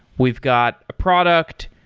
we've got a product.